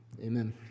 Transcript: Amen